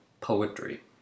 poetry